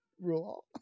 rule